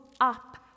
up